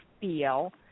feel